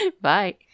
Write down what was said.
Bye